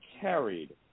carried